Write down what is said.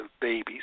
babies